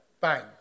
Bang